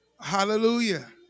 hallelujah